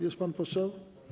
Jest pan poseł?